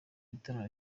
bitaramo